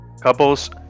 couples